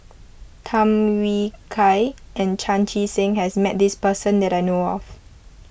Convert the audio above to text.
Tham Yui Kai and Chan Chee Seng has met this person that I know of